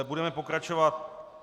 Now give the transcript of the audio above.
Budeme pokračovat.